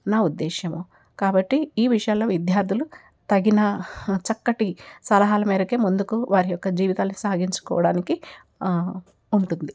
నా ఉద్దేశము కాబట్టి ఈ విషయాలలో విద్యార్థులు తగిన చక్కటి సలహాలు మేరకే ముందుకు వారి యొక్క జీవితాలు సాగించుకోవడానికి ఉంటుంది